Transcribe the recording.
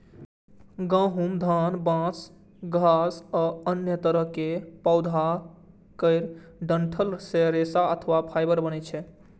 गहूम, धान, बांस, घास आ अन्य तरहक पौधा केर डंठल सं रेशा अथवा फाइबर बनै छै